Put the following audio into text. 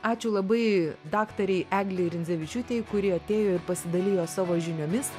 ačiū labai daktarei eglei rindzevičiūtei kuri atėjo ir pasidalijo savo žiniomis